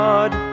God